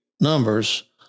numbers